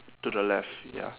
to the left ya